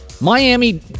Miami